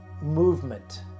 movement